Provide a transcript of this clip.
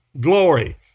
glory